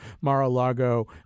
Mar-a-Lago